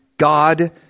God